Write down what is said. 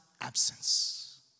absence